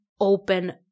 open